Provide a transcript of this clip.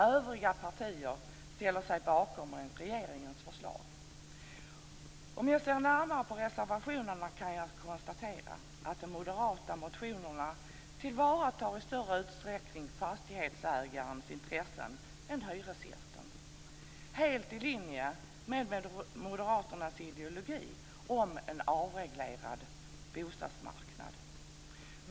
Övriga partier ställer sig bakom regeringens förslag. Ser jag närmare på reservationerna kan jag konstatera att de moderata motionerna i större utsträckning tillvaratar fastighetsägarens intressen än hyresgästens. Det är helt i linje med Moderaternas ideologi om en avreglerad bostadsmarknad.